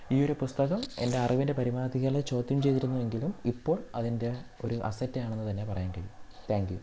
ഈയൊരു പുസ്തകം എൻ്റെ അറിവിൻ്റെ പരിമിതികളെ ചോദ്യം ചെയ്തിരുന്നു എങ്കിലും ഇപ്പോൾ അതെൻ്റെ ഒരു അസെറ്റ് ആണെന്ന് തന്നെ പറയേണ്ടി വരും താങ്ക്യൂ